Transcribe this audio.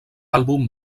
àlbum